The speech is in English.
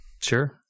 Sure